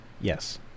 Yes